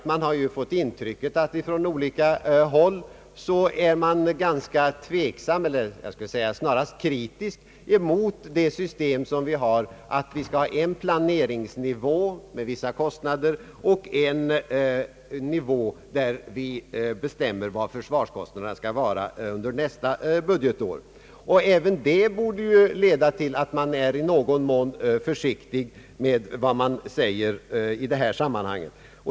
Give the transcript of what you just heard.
Man är nog från olika håll ganska kritisk mot systemet med en planeringsnivå med vissa kostnader och en nivå där vi bestämmer försvarskostnaderna för nästa budgetår. även det borde leda till att man i någon mån är försiktig med vad man säger i detta sammanhang.